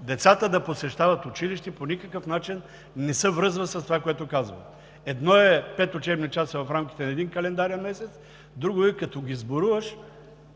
децата да посещават училище по никакъв начин не се връзва с това, което казвате. Едно е пет учебни часа в рамките на един календарен месец, друго е като сборуваш